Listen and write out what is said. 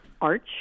arch